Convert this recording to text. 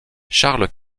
charles